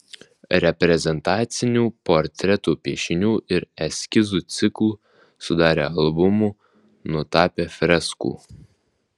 reprezentacinių portretų piešinių ir eskizų ciklų sudarė albumų nutapė freskų